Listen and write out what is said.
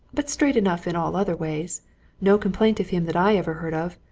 but straight enough in all other ways no complaint of him that i ever heard of.